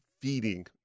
Feeding